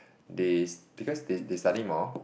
they because they they study more